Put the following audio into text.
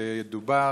ודובר,